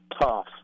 tough